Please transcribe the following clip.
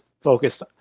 focused